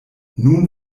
nun